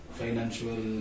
financial